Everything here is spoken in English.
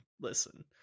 listen